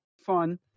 fun